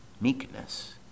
meekness